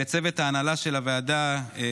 לצוות ההנהלה של הוועדה,